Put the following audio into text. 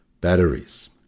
batteries